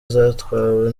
zatwawe